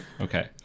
okay